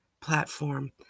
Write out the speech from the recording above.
platform